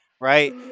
Right